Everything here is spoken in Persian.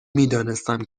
میدانستم